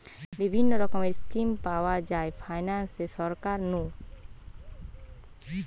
বিভিন্ন রকমের স্কিম পাওয়া যায় ফাইনান্সে সরকার নু